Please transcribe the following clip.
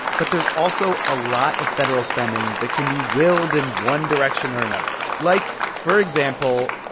but there's also a lot of federal spending that can be willed in one direction or another, like, for example,